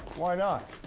why not?